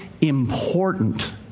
important